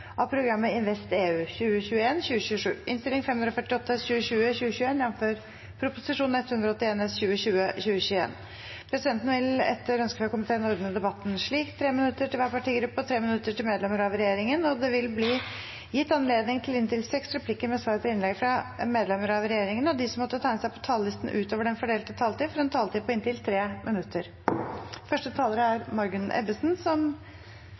av personopplysninger. Jeg er glad for at Stortinget ser ut til å vedta disse endringene. Flere har ikke bedt om ordet til sak nr. 8. Etter ønske fra næringskomiteen vil presidenten ordne debatten slik: 3 minutter til hver partigruppe og 3 minutter til medlemmer av regjeringen. Videre vil det – innenfor den fordelte taletid – bli gitt anledning til inntil seks replikker med svar etter innlegg fra medlemmer av regjeringen, og de som måtte tegne seg på talerlisten utover den fordelte taletiden, får også en taletid på inntil 3 minutter.